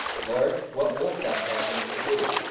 lord, what wilt thou have me to do?